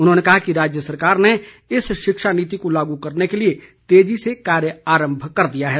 उन्होंने कहा कि राज्य सरकार ने इस शिक्षा नीति को लागू करने के लिए तेजी से कार्य आरंभ कर दिया है